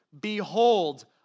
Behold